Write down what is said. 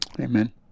Amen